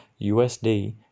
USD